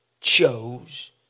chose